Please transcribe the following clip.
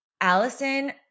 Allison